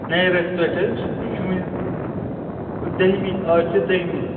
نیہِ ریتہٕ پٮ۪ٹھ حَظ یہِ چھُ وۄنۍ دٔہِمٕے آز چھُ دٔہمٕے